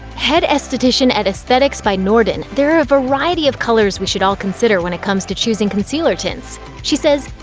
head esthetician at aesthetics by norden, there are a variety of colors we should all consider when it comes to choosing concealer tints. she says,